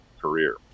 career